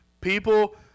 People